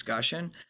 discussion